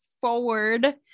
forward